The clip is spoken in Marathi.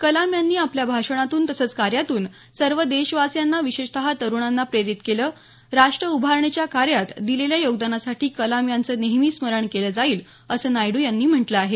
कलाम यांनी आपल्या भाषणातून तसंच कार्यातून सर्व देशवासियांना विशेषत तरुणांना प्रेरित केलं राष्ट्र उभारणीच्या कार्यात दिलेल्या योगदानासाठी कलाम यांचं नेहमी स्मरण केलं जाईल असं नायडू यांनी म्हटलं आहे